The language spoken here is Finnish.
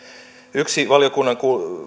yksi valiokunnan